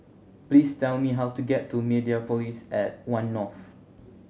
please tell me how to get to Mediapolis at One North